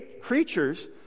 creatures